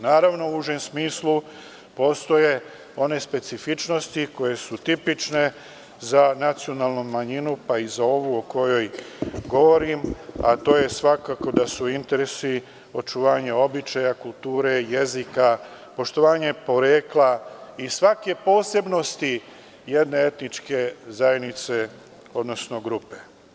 Naravno, u užem smislu postoje one specifičnosti koje su tipične za nacionalnu manjinu, pa i za ovu o kojoj govorim, a to je svakako da su interesi očuvanje običaja, kulture, jezika, poštovanje porekla i svake posebnosti jedne etničke zajednice, odnosno grupe.